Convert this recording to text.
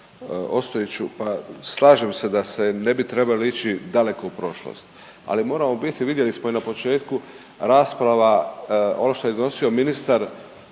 pa slažem se da se ne bi trebali ići daleko u prošlost, ali moramo biti, vidjeli smo i na početku, rasprava, ono što je iznosio ministar,